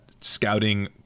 scouting